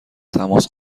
تماس